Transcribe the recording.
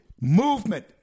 movement